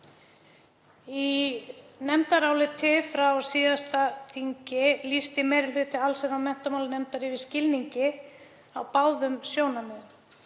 Í nefndaráliti frá síðasta þingi lýsti meiri hluti allsherjar- og menntamálanefndar yfir skilningi á báðum sjónarmiðum.